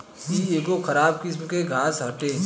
इ एगो खराब किस्म के घास हटे